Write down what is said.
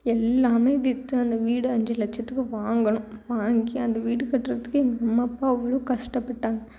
எல்லாம் விற்று அந்த வீடு அஞ்சு லட்சத்துக்கு வாங்கினோம் வாங்கி அந்த வீடு கட்டுறத்துக்கே எங்கள் அம்மா அப்பா அவ்வளோ கஷ்டப்பட்டாங்க